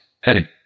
Heading